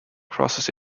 crosses